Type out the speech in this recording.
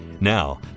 Now